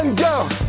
and go!